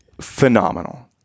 phenomenal